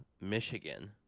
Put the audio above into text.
Michigan